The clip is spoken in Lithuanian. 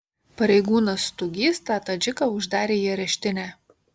pareigūnas stugys tą tadžiką uždarė į areštinę